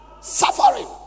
Suffering